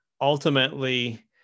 ultimately